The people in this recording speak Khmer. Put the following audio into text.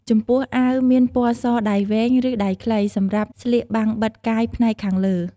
ចំពោះអាវមានពណ៌សដៃវែង ឬដៃខ្លី សម្រាប់ស្លៀកបាំងបិទកាយផ្នែកខាងលើ។